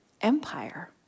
empire